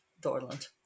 Dorland